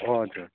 हजुर